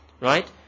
right